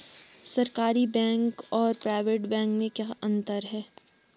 सरकारी बैंक और private bank में क्या क्या अंतर हैं?